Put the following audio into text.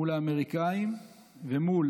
מול האמריקאים ומול,